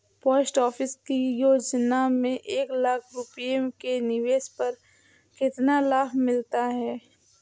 Post office की योजना में एक लाख रूपए के निवेश पर कितना लाभ मिलता है?